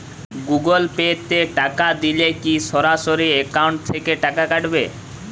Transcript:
Google Pay তে টাকা দিলে কি সরাসরি অ্যাকাউন্ট থেকে টাকা কাটাবে?